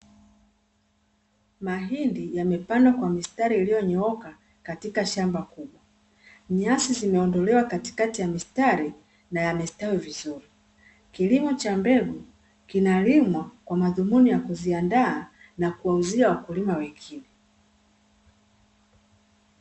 Mahindi yamepandwa kwa mistari iliyonyooka, katika shamba kubwa. Nyasi zimeondolewa katikati ya mistari na yamestawi vizuri. Kilimo cha mbegu kinalimwa kwa madhumuni ya kuziandaa na kuwauzia wakulima wengine.